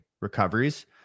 recoveries